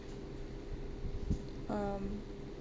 um